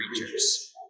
creatures